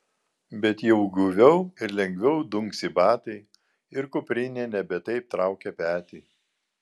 bet jau guviau ir lengviau dunksi batai ir kuprinė nebe taip traukia petį